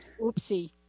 Oopsie